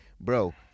bro